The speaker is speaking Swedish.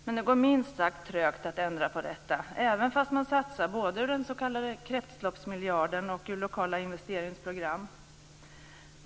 Men det går minst sagt trögt att ändra på detta, även om man satsar både ur den s.k. kretsloppsmiljarden och ur lokala investeringsprogram.